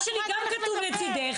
במכתב שלי גם כתוב "לצידך",